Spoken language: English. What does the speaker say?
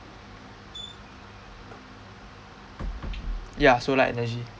ya solar energy